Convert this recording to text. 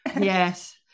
Yes